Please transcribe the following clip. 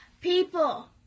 People